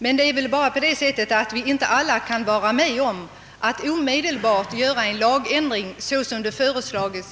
ehuru alla inte anser sig kunna vara med om att omedelbart genomföra en sådan lagändring som däri föreslagits.